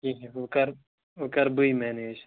کیٚنٛہہ چھُنہٕ وۅنۍ کَر وۅنۍ کَرٕ بٕے میٚنیج